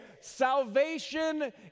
salvation